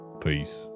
Peace